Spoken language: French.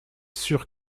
sûr